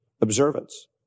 observance